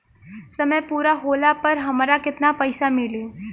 समय पूरा होला पर हमरा केतना पइसा मिली?